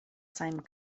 same